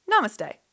namaste